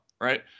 right